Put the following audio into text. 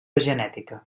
genètica